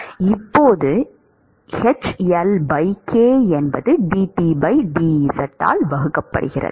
எனவே இப்போது h L k என்பது dT dz ஆல் வகுபடுகிறது